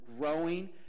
growing